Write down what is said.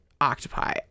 octopi